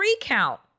recount